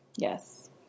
Yes